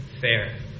fair